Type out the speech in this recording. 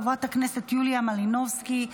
חברת הכנסת יוליה מלינובסקי,